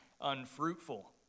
unfruitful